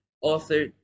author